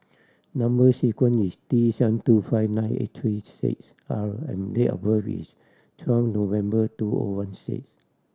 number sequence is T seven two five nine eight three six R and date of birth is twelve November two O one six